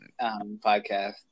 Podcast